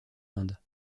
inde